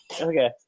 Okay